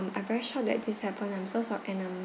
I'm very shocked that this happened I'm so sorry and I'm